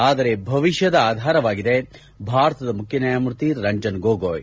ಆದರೆ ಭವಿಷ್ಯದ ಆಧಾರವಾಗಿದೆ ಭಾರತದ ಮುಖ್ಯ ನ್ಯಾಯಮೂರ್ತಿ ರಂಜನ್ ಗೊಗೊಯ್